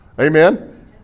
Amen